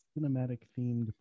cinematic-themed